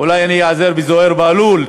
אולי אני איעזר בזוהיר בהלול,